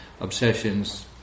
obsessions